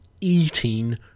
eating